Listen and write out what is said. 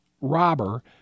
robber